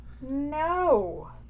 No